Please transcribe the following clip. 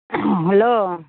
hello